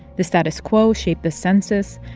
the status quo shaped the census.